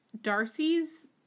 Darcy's